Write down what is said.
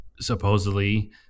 Supposedly